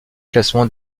classement